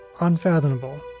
unfathomable